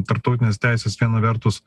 tarptautinės teisės viena vertus